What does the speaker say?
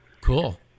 Cool